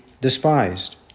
despised